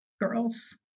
girls